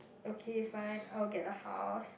okay fine I will get the house